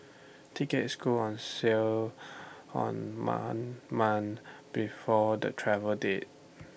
tickets go on sale month before the travel date